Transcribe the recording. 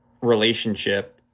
relationship